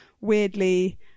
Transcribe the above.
weirdly